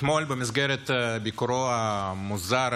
אתמול במסגרת ביקורו המוזר,